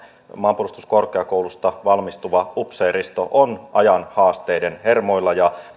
maanpuolustuskorkeakoulusta valmistuva upseeristo on ajan haasteiden hermolla